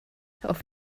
auf